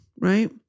right